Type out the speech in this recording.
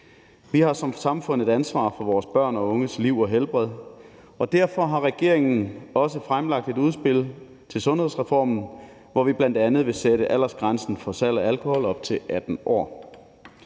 Vi har som samfund et ansvar for vores børn og unges liv og helbred, og derfor har regeringen også fremlagt et udspil til sundhedsreform, hvor vi bl.a. vil sætte aldersgrænsen for salg af alkohol op til 18 år,